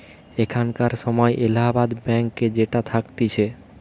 এখানকার সময় এলাহাবাদ ব্যাঙ্ক যেটা থাকতিছে